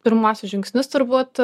pirmuosius žingsnius turbūt